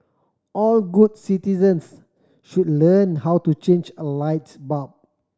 all good citizens should learn how to change a lights bulb